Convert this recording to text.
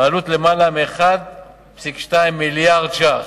העלות: למעלה מ-1.2 מיליארד ש"ח,